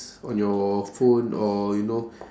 on your phone or you know